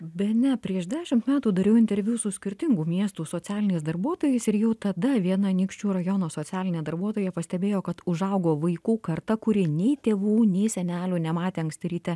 bene prieš dešim metų dariau interviu su skirtingų miestų socialiniais darbuotojais ir jau tada viena anykščių rajono socialinė darbuotoja pastebėjo kad užaugo vaikų karta kuri nei tėvų nei senelių nematė anksti ryte